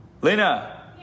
Lena